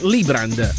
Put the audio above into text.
Librand